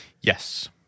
Yes